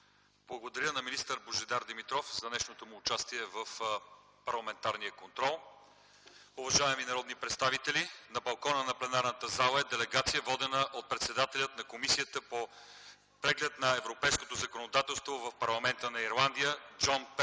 Благодаря на министър Божидар Димитров за днешното му участие в парламентарния контрол. Уважаеми народни представители, на балкона на пленарната зала е делегация, водена от председателя на Комисията по преглед на европейското законодателство в парламента на Ирландия Джон Пери.